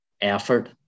effort